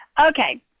okay